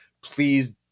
please